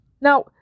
Now